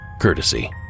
courtesy